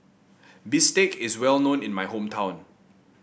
bistake is well known in my hometown